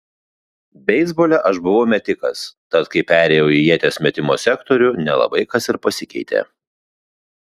beisbole aš buvau metikas tad kai perėjau į ieties metimo sektorių nelabai kas ir pasikeitė